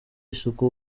isuku